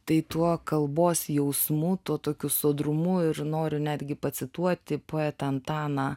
tai tuo kalbos jausmu tuo tokiu sodrumu ir noriu netgi pacituoti poetą antaną